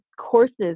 courses